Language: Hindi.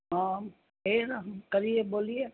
हाँ पेड़ करिए बोलिए